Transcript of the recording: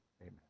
Amen